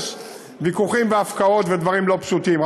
יש ויכוחים והפקעות ודברים לא פשוטים,